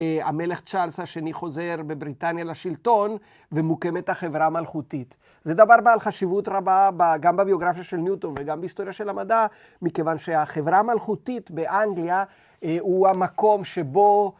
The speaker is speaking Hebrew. ‫המלך צ'ארלס השני חוזר בבריטניה ‫לשלטון ומוקמת החברה המלכותית. ‫זה דבר בעל חשיבות רבה ‫גם בביוגרפיה של ניוטון ‫וגם בהיסטוריה של המדע, ‫מכיוון שהחברה המלכותית באנגליה ‫הוא המקום שבו...